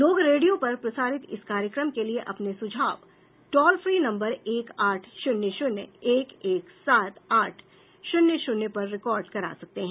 लोग रेडियो पर प्रसारित इस कार्यक्रम के लिए अपने सुझाव टॉल फ्री नम्बर एक आठ शून्य शून्य एक एक सात आठ शून्य शून्य पर रिकार्ड करा सकते हैं